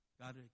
God